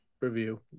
review